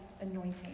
anointing